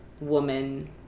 woman